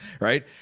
right